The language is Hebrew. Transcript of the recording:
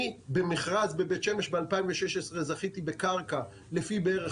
אני במכרז בבית שמש ב-2016 זכיתי בקרקע לפי בערך